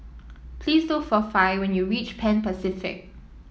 please look for Fae when you reach Pan Pacific